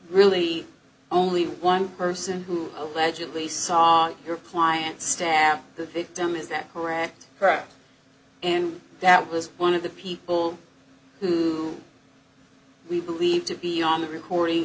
really only one person who allegedly saw your client stabbed the victim is that correct perhaps and that was one of the people who we believed to be on the recording